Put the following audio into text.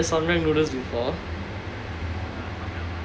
did they try the samyang noodles before